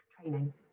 training